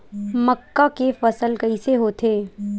मक्का के फसल कइसे होथे?